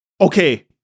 Okay